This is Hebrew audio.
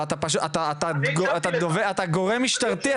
אבל אתה גורם משטרתי,